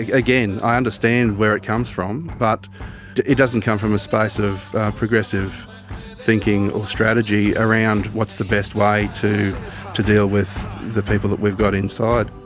again, i understand where it comes from, but it doesn't come from a space of progressive thinking or strategy around what's the best way to to deal with the people that we've got inside.